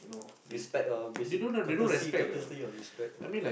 respect ah basic courtesy courtesy or respect